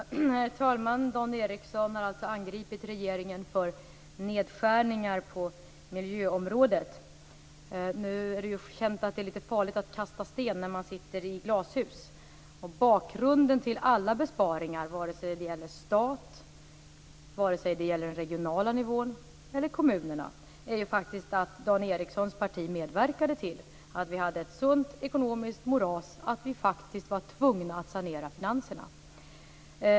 Herr talman! Dan Ericsson har alltså angripit regeringen för nedskärningar på miljöområdet. Det är litet farligt att kasta sten när man sitter i glashus. Bakgrunden till alla besparingar, vare sig det gäller stat, den regionala nivån eller kommunerna, är faktiskt att Dan Ericssons parti medverkade till att vi hade ett sådant ekonomiskt moras att vi var tvungna att sanera finanserna.